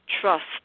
trust